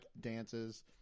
dances